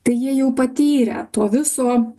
tai jie jau patyrę to viso